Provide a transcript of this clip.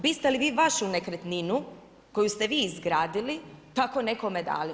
Biste li vi vašu nekretninu, koju ste vi izgradili tako nekome dali?